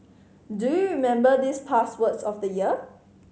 do you remember these past words of the year